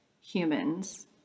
humans